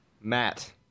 Matt